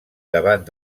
davant